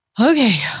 Okay